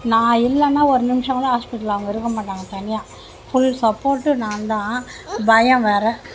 நான் இல்லைன்னா ஒரு நிமிஷோகூட ஹாஸ்பிட்டல்ல அங்கே இருக்கமாட்டாங்க தனியாக ஃபுல் சப்போர்ட்டும் நான்தான் பயம் வேற